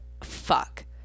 fuck